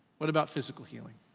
what about physical healing?